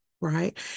right